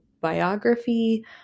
biography